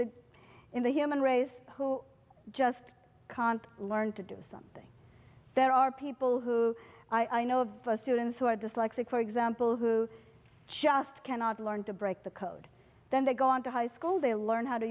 the in the human race who just can't learn to do something there are people who i know of the students who are dyslexic for example who just cannot learn to break the code then they go on to high school they learn how to